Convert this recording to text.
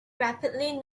rapidly